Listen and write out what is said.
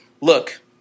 Look